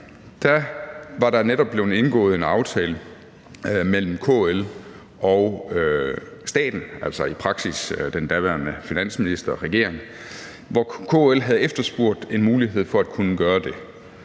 der jo netop blevet indgået en aftale mellem KL og staten, altså i praksis den daværende finansminister og regeringen, hvor KL havde efterspurgt en mulighed for at kunne gøre det.